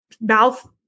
mouth